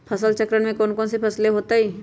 फसल चक्रण में कौन कौन फसल हो ताई?